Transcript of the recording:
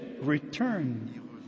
return